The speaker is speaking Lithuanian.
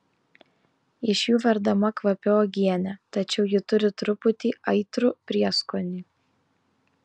iš jų verdama kvapi uogienė tačiau ji turi truputį aitrų prieskonį